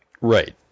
right